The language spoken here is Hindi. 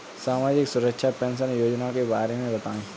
सामाजिक सुरक्षा पेंशन योजना के बारे में बताएँ?